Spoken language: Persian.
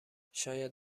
شاید